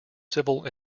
civil